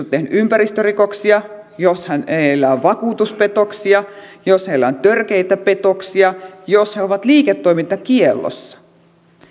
tehnyt ympäristörikoksia jos heillä on vakuutuspetoksia jos heillä on törkeitä petoksia jos he ovat liiketoimintakiellossa